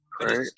right